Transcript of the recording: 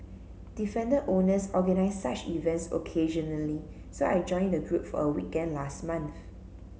defender owners organise such events occasionally so I joined the group for a weekend last month